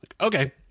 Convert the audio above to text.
Okay